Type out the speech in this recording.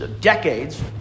decades